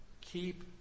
keep